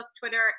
Twitter